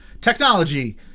Technology